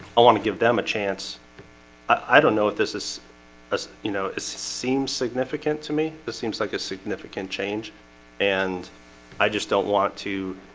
i want to give them a chance i? don't know if this is us, you know, it seems significant to me. this seems like a significant change and i just don't want to